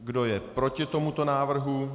Kdo je proti tomuto návrhu?